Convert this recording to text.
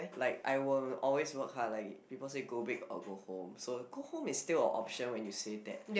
like I will always work hard like people say go big or go home so go home is still a option when you say that